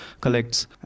collects